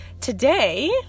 today